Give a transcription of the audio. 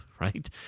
right